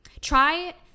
Try